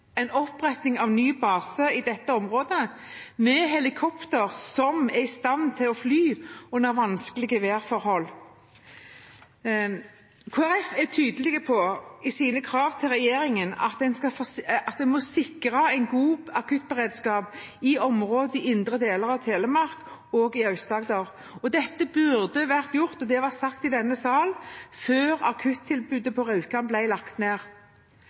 en etablering av ny base i dette området – med helikopter som er i stand til å fly under vanskelige værforhold. Kristelig Folkeparti er i sine krav til regjeringen tydelig på at en må sikre en god akuttberedskap i indre deler av Telemark og i Aust-Agder. Dette burde vært gjort – og det har vært sagt i denne sal – før akuttilbudet på Rjukan ble lagt ned.